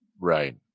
Right